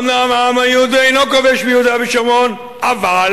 אומנם העם היהודי אינו כובש ביהודה ושומרון, אבל